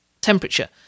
temperature